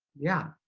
yeah.